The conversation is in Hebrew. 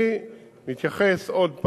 אני מתייחס עוד הפעם,